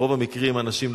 ברוב המקרים אנשים,